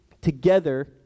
together